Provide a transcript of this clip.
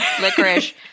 Licorice